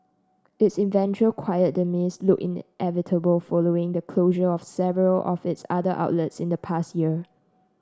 its eventual quiet demise looked inevitable following the closure of several of its other outlets in the past year